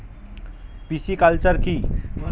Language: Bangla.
পিসিকালচার কি?